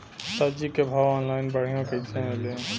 सब्जी के भाव ऑनलाइन बढ़ियां कइसे मिली?